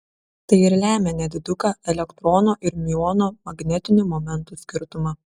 tai ir lemia nediduką elektrono ir miuono magnetinių momentų skirtumą